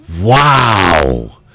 Wow